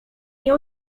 nie